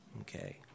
Okay